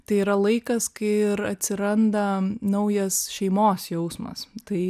tai yra laikas kai ir atsiranda naujas šeimos jausmas tai